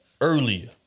earlier